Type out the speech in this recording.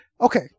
okay